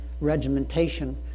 regimentation